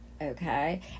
okay